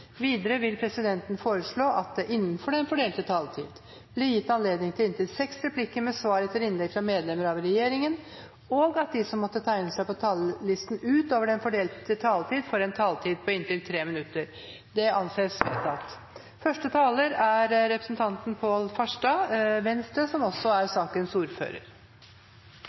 Videre vil presidenten foreslå at det blir gitt anledning til seks replikker med svar etter innlegg fra medlemmer av regjeringen innenfor den fordelte taletid, og at de som måtte tegne seg på talerlisten utover den fordelte taletid, får en taletid på inntil 3 minutter. – Det anses vedtatt. Stine Renate Håheim får ordet på vegne av sakens ordfører, som er